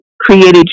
created